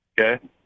Okay